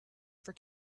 for